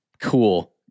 cool